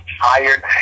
tired